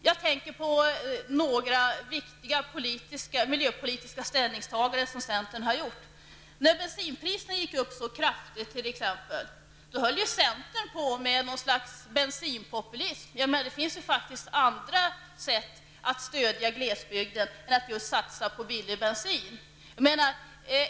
Jag tänker på några viktiga miljöpolitiska ställningstaganden som centern har gjort. När bensinpriserna gick upp så kraftigt, höll centern på med något slag bensinpopulism. Det finns faktiskt andra sätt att stödja glesbygden än att satsa på billig bensin.